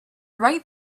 right